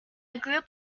group